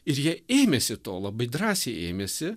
ir jie ėmėsi to labai drąsiai ėmėsi